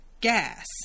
gas